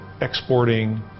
exporting